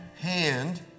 hand